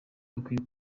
bukwiye